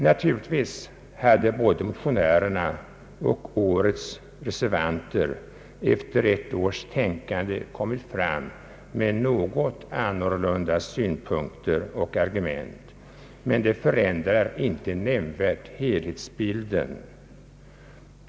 Naturligtvis har både motionärerna och årets reservanter efter ett års betänkande kommit fram till några nya synpunkter och argument, men det förändrar inte nämnvärt helhetsbilden.